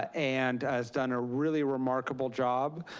ah and has done a really remarkable job,